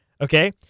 Okay